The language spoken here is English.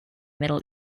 middle